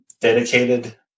dedicated